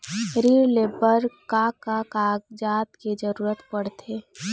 ऋण ले बर का का कागजात के जरूरत पड़थे?